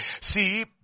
See